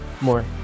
more